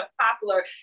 popular